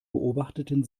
beobachteten